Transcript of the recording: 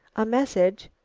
a message?